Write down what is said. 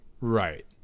Right